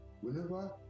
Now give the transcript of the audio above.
Whenever